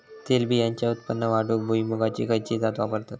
तेलबियांचा उत्पन्न वाढवूक भुईमूगाची खयची जात वापरतत?